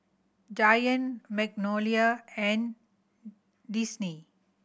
Giant Magnolia and Disney